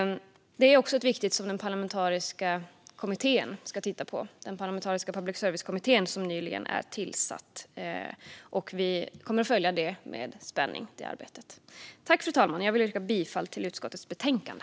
Det är också något som den nyligen tillsatta parlamentariska public service-kommmittén ska titta på. Vi kommer att följa arbetet med spänning. Fru talman! Jag yrkar bifall till förslaget i utskottets betänkande.